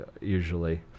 usually